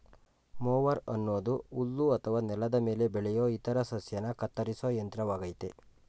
mower ಅನ್ನೋದು ಹುಲ್ಲು ಅಥವಾ ನೆಲದ ಮೇಲೆ ಬೆಳೆಯೋ ಇತರ ಸಸ್ಯನ ಕತ್ತರಿಸೋ ಯಂತ್ರವಾಗಯ್ತೆ